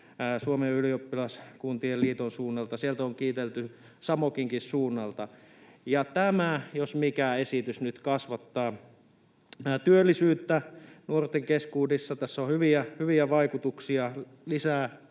Suomen ylioppilaskuntien liiton suunnalta, sitä on kiitelty SAMOKinkin suunnalta, ja tämä esitys jos mikä kasvattaa nyt työllisyyttä nuorten keskuudessa. Tässä on hyviä, hyviä vaikutuksia lisää,